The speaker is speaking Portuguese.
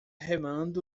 remando